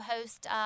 host